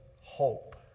hope